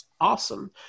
awesome